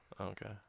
Okay